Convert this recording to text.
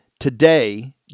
Today